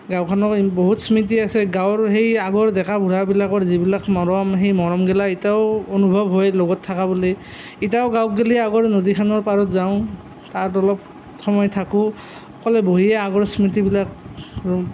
গাঁওখনৰ বহুত স্মৃতি আছে গাঁওৰ সেই আগৰ ডেকা বুঢ়াবিলাকৰ যিবিলাক মৰম সেই মৰমগেলা এতিয়াও অনুভৱ হয় লগত থকা বুলি এতিয়াও গাঁৱত গেলি আগৰ নদীখনৰ পাৰত যাওঁ তাত অলপ সময় থাকোঁ অকলে বহিয়েই আগৰ স্মৃতিবিলাক ৰোম